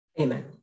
amen